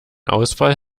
ausfall